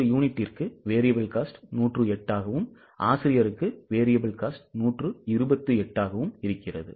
ஒரு யூனிட்டுக்கு variable cost 108 ஆகவும் ஆசிரியருக்கு variable cost 128 ஆகவும் இருக்கிறது